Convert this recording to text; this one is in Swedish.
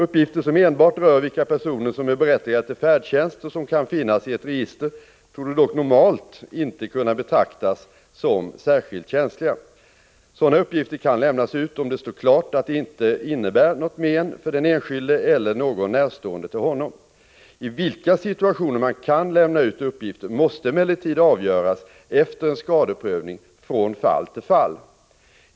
Uppgifter som enbart rör vilka personer som är berättigade till färdtjänst och som kan finnas i ett register torde dock normalt inte kunna betraktas som särskilt känsliga. Sådana uppgifter kan lämnas ut om det står klart att det inte innebär något men för den enskilde eller någon närstående till honom. I vilka situationer man kan lämna ut uppgifter måste emellertid avgöras efter en skadeprövning från fall till fall.